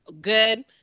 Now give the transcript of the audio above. good